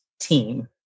team